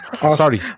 Sorry